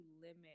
limit